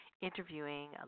interviewing